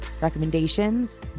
Recommendations